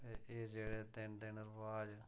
ते एह् जेह्ड़े दिन दिन रवाज़